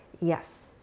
Yes